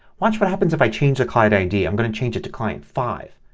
watch what happens if i change the client id. i'm going to change it to client five.